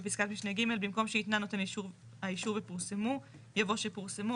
בפסקת משנה ג במקום "שהתנה נותן האישור ופורסמו" יבוא "שפורסמו"